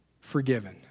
forgiven